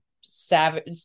savage